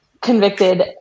convicted